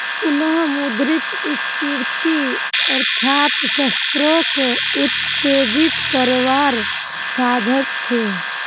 पुनः मुद्रस्फ्रिती अर्थ्शाश्त्रोक उत्तेजित कारवार साधन छे